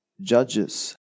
judges